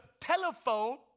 telephone